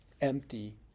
empty